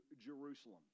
Jerusalem